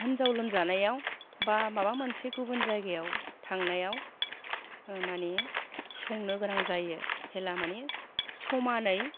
हिन्जाव लोमजानायाव बा माबा मोनसे गुबुन जायगायाव थांनायाव माने संनो गोनां जायो हेला मानि समानै